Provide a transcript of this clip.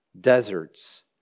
deserts